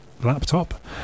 laptop